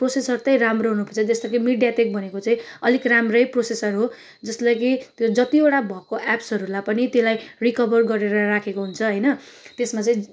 processor चाहिँ राम्रो हुनुपर्छ जस्तो कि मिडिया टेक भनेको चाहिँ अलिक राम्रै प्रोसेसर हो जसलाई कि त्यो जतिवटा भएको एप्सहरूलाई पनि त्यसलाई रिकभर गरेर राखेको हुन्छ होइन त्यसमा चाहिँ